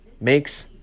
makes